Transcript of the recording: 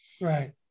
Right